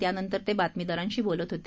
त्यानंतर ते बातमीदारांशी बोलत होते